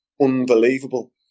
unbelievable